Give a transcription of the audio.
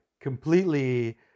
completely